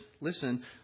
listen